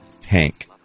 tank